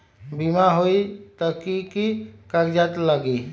बिमा होई त कि की कागज़ात लगी?